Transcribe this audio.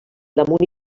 damunt